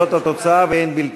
זאת התוצאה ואין בלתה.